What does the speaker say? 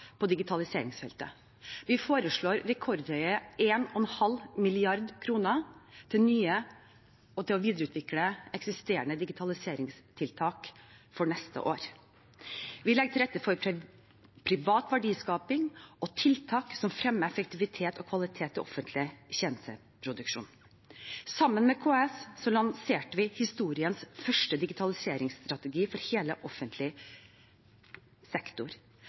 på digitaliseringsfeltet. Vi foreslår rekordhøye 1,5 mrd. kr til nye, og til å videreutvikle eksisterende, digitaliseringstiltak for neste år. Vi legger til rette for privat verdiskaping og tiltak som fremmer effektivitet og kvalitet i offentlig tjenesteproduksjon. Sammen med KS lanserte vi historiens første digitaliseringsstrategi for hele offentlig sektor.